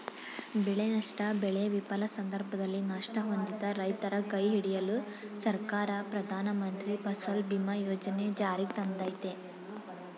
ಬೆಳೆನಷ್ಟ ಬೆಳೆ ವಿಫಲ ಸಂದರ್ಭದಲ್ಲಿ ನಷ್ಟ ಹೊಂದಿದ ರೈತರ ಕೈಹಿಡಿಯಲು ಸರ್ಕಾರ ಪ್ರಧಾನಮಂತ್ರಿ ಫಸಲ್ ಬಿಮಾ ಯೋಜನೆ ಜಾರಿಗ್ತಂದಯ್ತೆ